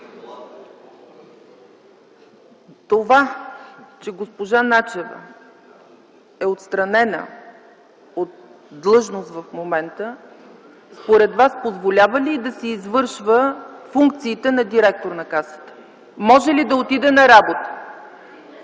Това, че госпожа Начева е отстранена от длъжност в момента, според Вас позволява ли й да си извършва функциите на директор на Касата?! Може ли да отиде на работа?!